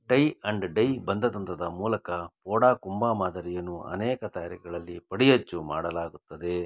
tie and dye ಬಂಧ ತಂತ್ರದ ಮೂಲಕ ಫೋಡಾ ಕುಂಭಾ ಮಾದರಿಯನ್ನು ಅನೇಕ ತಯಾರಿಕೆಗಳಲ್ಲಿ ಪಡಿಯಚ್ಚು ಮಾಡಲಾಗುತ್ತದೆ